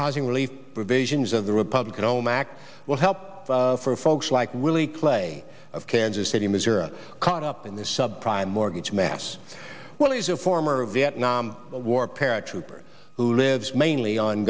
housing relief provisions of the republican omak will help for folks like willie clay of kansas city missouri caught up in the sub prime mortgage mess well he's a former vietnam war paratrooper who lives mainly on